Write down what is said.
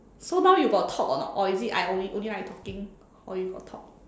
so now you got talk or not or is it I only only I talking or you got talk